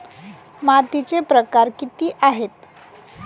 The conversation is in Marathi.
मातीचे प्रकार किती आहेत?